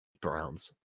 browns